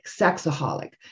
sexaholic